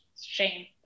shame